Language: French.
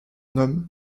homme